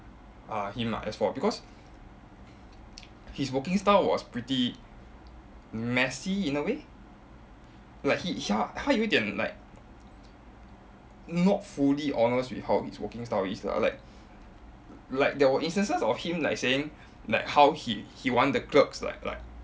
uh him lah S four because his working style was pretty messy in a way like he ya 他有一点 like not fully honest with how his working style is lah like like there were instances of him like saying like how he he want the clerks like like